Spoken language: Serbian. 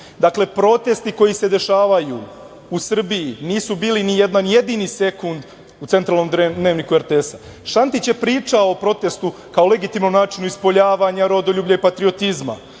Dakle, protesti koji se dešavaju u Srbiji nisu bili nijedan jedini sekund u centralnom dnevniku RTS-a. Šantić je pričao o protestu, kao legitimnom načinu ispoljavanja rodoljublja i patriotizma,